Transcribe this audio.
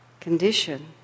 Condition